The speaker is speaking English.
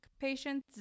Patient